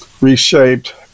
reshaped